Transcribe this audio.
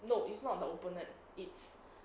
no it's not the opponent it's